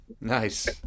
Nice